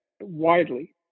widely